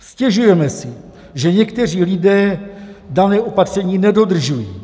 Stěžujeme si, že někteří lidé daná opatření nedodržují.